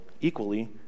equally